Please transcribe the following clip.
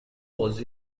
was